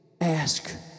Ask